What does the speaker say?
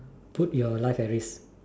put your life at risk